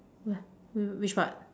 where wait wait which part